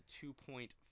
two-point